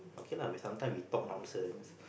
okay lah we sometimes we talk nonsense